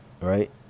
right